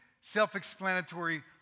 self-explanatory